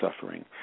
suffering